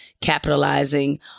capitalizing